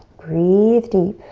breathe deep.